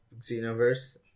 Xenoverse